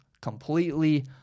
completely